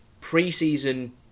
pre-season